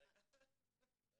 אם